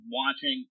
watching